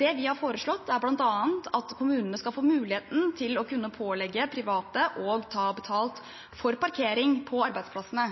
Det vi har foreslått, er bl.a. at kommunene skal få muligheten til å kunne pålegge private å ta betalt for parkering på arbeidsplassene.